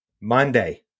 Monday